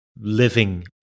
living